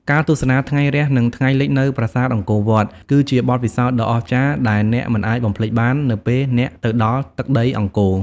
ការទស្សនាថ្ងៃរះ និងថ្ងៃលិចនៅប្រាសាទអង្គរវត្ត គឺជាបទពិសោធន៍ដ៏អស្ចារ្យដែលអ្នកមិនអាចបំភ្លេចបាននៅពេលអ្នកទៅដល់ទឹកដីអង្គរ។